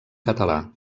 català